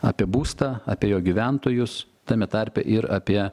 apie būstą apie jo gyventojus tame tarpe ir apie